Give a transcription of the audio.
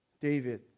David